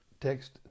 Text